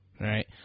right